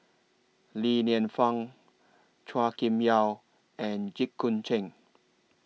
Li Lienfung Chua Kim Yeow and Jit Koon Ch'ng